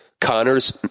Connor's